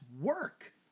work